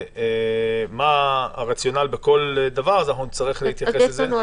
מה הרציונל בכל דבר, נצטרך להתייחס לזה.